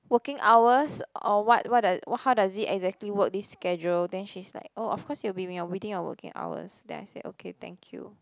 working hours or what what how does it exactly work this schedule then she's like oh of course you'll be wi~ working within your working hours then I say okay thank you